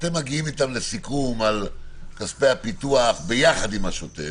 אתם מגיעים איתם לסיכום על כספי הפיתוח ביחד עם השוטף.